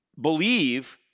believe